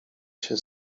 się